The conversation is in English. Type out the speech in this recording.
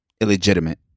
illegitimate